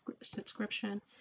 subscription